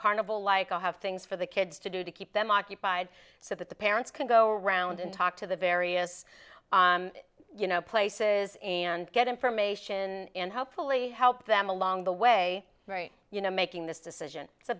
carnival like i have things for the kids to do to keep them occupied so that the parents can go around and talk to the various you know places and get information and hopefully help them along the way very you know making this decision it's a